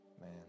Man